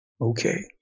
Okay